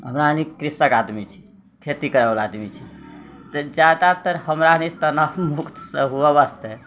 हमरा सनि कृषक आदमी छी खेती करयवला आदमी छी तऽ जा तक हमरासभ तनाव मुक्त सँ हुए वास्ते